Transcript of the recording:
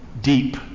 deep